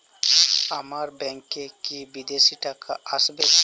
আমার ব্যংকে কি বিদেশি টাকা আসবে?